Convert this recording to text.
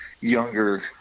younger